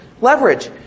leverage